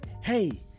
hey